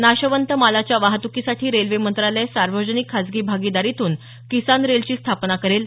नाशवंत मालाच्या वाहतुकीसाठी रेल्वे मंत्रालय सार्वजनिक खाजगी भागीदारीतून किसान रेलची स्थापना करेल